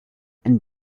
and